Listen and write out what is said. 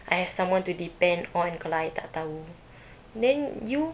I have someone to depend on kalau I tak tahu then you